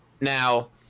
Now